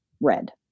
red